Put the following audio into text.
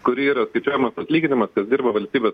kur yra skaičiuojamas atlyginimas kas dirba valstybės